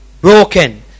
broken